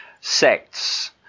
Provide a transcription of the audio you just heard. sects